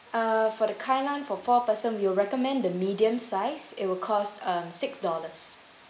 uh for the kailan for four person we'll recommend the medium size it will cost uh six dollars